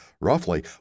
roughly